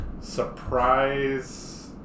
Surprise